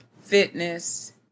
fitness